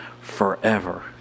forever